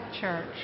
Church